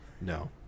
No